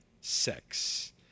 sex